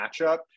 matchup